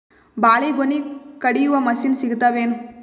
ಬಾಳಿಗೊನಿ ಕಡಿಯು ಮಷಿನ್ ಸಿಗತವೇನು?